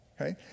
Okay